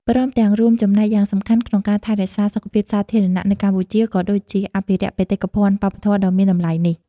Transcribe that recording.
ព្រមទាំងរួមចំណែកយ៉ាងសំខាន់ក្នុងការថែរក្សាសុខភាពសាធារណៈនៅកម្ពុជា ក៏ដូចជាអភិរក្សបេតិកភណ្ឌវប្បធម៌ដ៏មានតម្លៃនេះ។